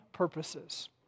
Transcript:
purposes